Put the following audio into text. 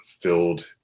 filled